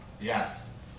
Yes